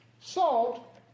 Salt